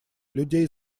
людей